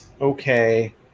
okay